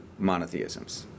monotheisms